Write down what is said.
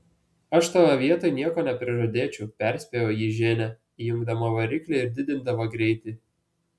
aš tavo vietoj nieko neprižadėčiau perspėjo jį ženia įjungdama variklį ir didindama greitį